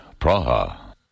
Praha